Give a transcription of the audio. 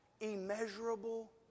immeasurable